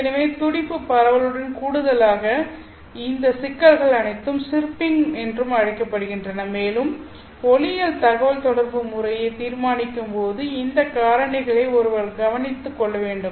எனவே துடிப்பு பரவலுடன் கூடுதலாக இந்த சிக்கல்கள் அனைத்தும் சிர்பிங் ம் என்றும் அழைக்கப்படுகின்றன மேலும் ஒளியியல் தகவல்தொடர்பு முறையை தீர்மானிக்கும்போது இந்த காரணிகளை ஒருவர் கவனித்துக் கொள்ள வேண்டும்